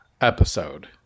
episode